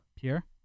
Pierre